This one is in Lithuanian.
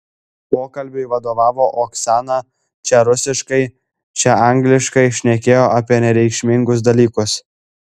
pokalbiui vadovavo oksana čia rusiškai čia angliškai šnekėjo apie nereikšmingus dalykus